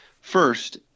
first